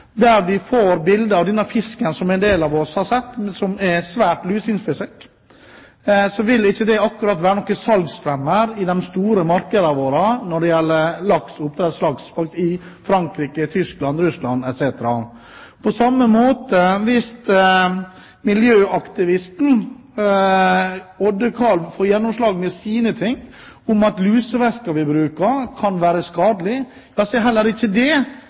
av denne fisken som en del av oss har sett, som er svært luseinfisert, vil ikke det akkurat være noen salgsfremmer i de store markedene våre – Frankrike, Tyskland, Russland etc. – når det gjelder laks og oppdrettslaks. På samme måte: Hvis miljøaktivisten Oddekalv får gjennomslag for sine ting om at lusevæsken vi bruker, kan være skadelig, er heller ikke det